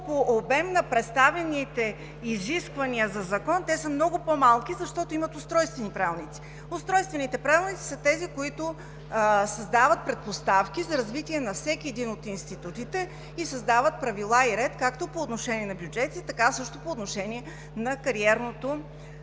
по обем на представените изисквания за закон те са много по-малки, защото имат устройствени правилници. Устройствените правилници са тези, които създават предпоставки за развитие на всеки един от институтите и създават правила и ред както по отношение на бюджетите, така също по отношение на кариерното